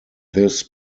this